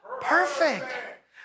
Perfect